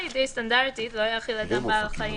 היא די סטנדרטית: "לא יאכיל אדם בעל חיים